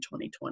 2020